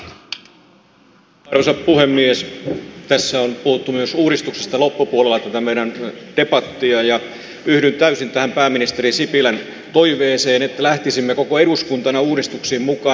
loppupuolella tässä meidän debatissamme on puhuttu myös uudistuksista ja yhdyn täysin tähän pääministeri sipilän toiveeseen että lähtisimme koko eduskuntana uudistuksiin mukaan